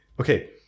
Okay